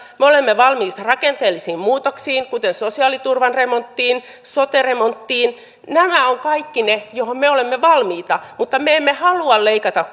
me olemme valmiit rakenteellisiin muutoksiin kuten sosiaaliturvan remonttiin sote remonttiin nämä ovat kaikki niitä joihin me olemme valmiita mutta me emme halua leikata